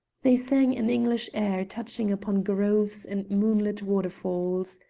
they sang an english air touching upon groves and moonlit waterfalls,